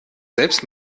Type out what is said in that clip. selbst